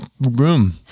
room